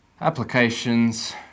applications